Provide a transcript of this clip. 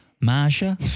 Masha